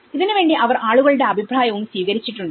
ഇതിന് വേണ്ടി അവർ ആളുകളുടെ അഭിപ്രായവും സ്വീകരിച്ചിട്ടുണ്ട്